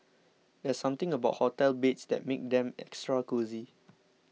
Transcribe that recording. there's something about hotel beds that makes them extra cosy